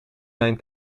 mijn